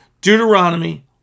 Deuteronomy